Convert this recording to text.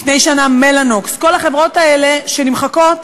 לפני שנה "מלאנוקס" כל החברות האלה שנמחקות,